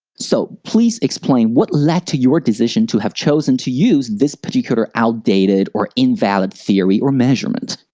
so, please explain what led to your decision to have chosen to use this particular outdated or invalid theory or measurement.